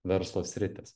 verslo sritys